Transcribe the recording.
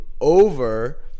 over